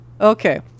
okay